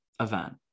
event